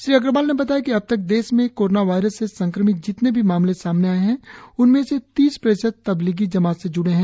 श्री अग्रवाल ने बताया कि अब तक देश में कोरोना वायरस से संक्रमित जितने भी मामले सामने आए हैं उनमें से तीस प्रतिशत तब्लीगी जमात से ज्डे हैं